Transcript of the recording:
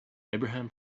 abraham